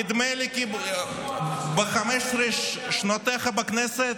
נדמה לי כי ב-15 שנותיך בכנסת,